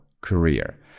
career